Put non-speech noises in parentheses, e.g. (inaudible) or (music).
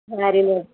(unintelligible)